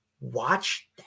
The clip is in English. watch